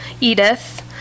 Edith